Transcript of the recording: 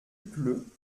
pleut